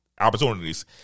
opportunities